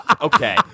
Okay